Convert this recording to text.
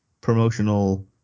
promotional